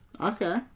okay